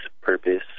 purpose